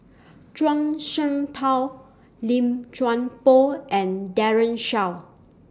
Zhuang Shengtao Lim Chuan Poh and Daren Shiau